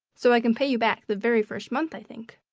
so i can pay you back the very first month, i think.